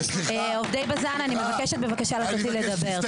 עובדי בז"ן אני מבקשת בבקשה לתת לי לדבר.